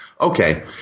Okay